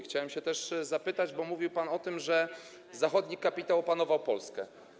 Chciałem też zapytać... bo mówił pan o tym, że zachodni kapitał opanował Polskę.